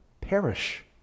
perish